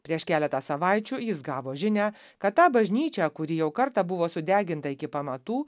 prieš keletą savaičių jis gavo žinią kad tą bažnyčią kuri jau kartą buvo sudeginta iki pamatų